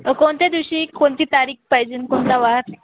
कोणत्या दिवशी कोणती तारीख पाहिजे कोणता वार